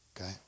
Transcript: Okay